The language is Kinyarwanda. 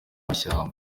amashyamba